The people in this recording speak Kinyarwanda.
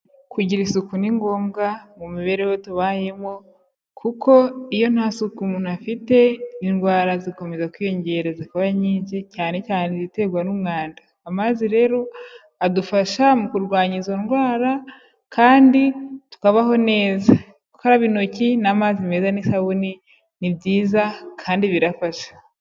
Kugira isuku ni ngombwa mu mibereho tubayemo, kuko iyo nta suku umuntu afite, indwara zikomeza kwiyongera zikaba nyinshi, cyane cyane iziterwa n'umwanda. Amazi rero adufasha mu kurwanya izo ndwara, kandi tukabaho neza. Gukaraba intoki n'amazi meza n'isabune, ni byiza kandi birafasha.